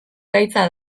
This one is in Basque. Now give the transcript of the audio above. gaitza